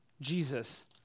Jesus